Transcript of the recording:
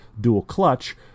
dual-clutch